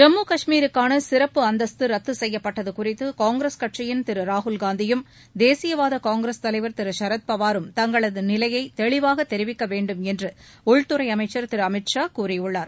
ஜம்மு காஷ்மீருக்கான சிறப்பு அந்தஸ்து ரத்து செய்யப்பட்டது குறித்து காங்கிரஸ் கட்சியின் திரு ராகுல் காந்தியும் தேசியவாத காங்கிரஸ்தலைவர் திரு சரத் பவாரும் தங்களது நிலையை தெளிவாக தெரிவிக்க வேண்டும் என்று உள்துறை அமைச்சர் திரு அமித் ஷா கூறியுள்ளார்